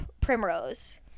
primrose